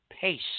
pace